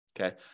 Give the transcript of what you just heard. Okay